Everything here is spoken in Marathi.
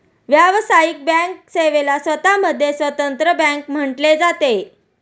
व्यावसायिक बँक सेवेला स्वतः मध्ये स्वतंत्र बँक म्हटले जाते